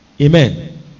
amen